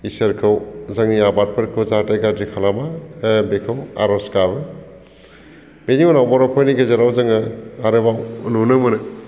इसोरखौ जोंनि आबादफोरखौ जाहाथे गाज्रि खालामा बेखौ आरज गाबो बेनि उनाव बर'फोरनि गेजेराव जोङो आरोबाव नुनो मोनो